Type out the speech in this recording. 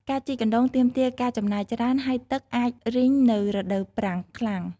ការជីកអណ្ដូងទាមទារការចំណាយច្រើន ហើយទឹកអាចរីងនៅរដូវប្រាំងខ្លាំង។